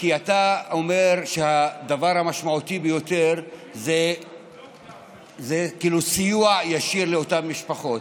כי אתה אומר שהדבר המשמעותי ביותר זה כאילו סיוע ישיר לאותן משפחות.